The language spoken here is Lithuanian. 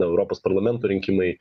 europos parlamento rinkimai